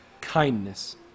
kindness